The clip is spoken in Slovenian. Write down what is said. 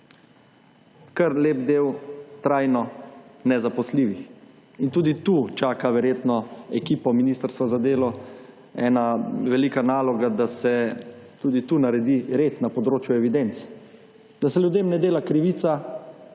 kar lep del trajno nezaposljivih in tudi tu čaka verjetno ekipo Ministrstva za delo, ena velika naloga, da se tudi tu naredi red na področju evidenc, da se ljudem ne dela krivica